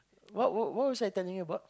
what what what was I telling you about